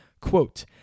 quote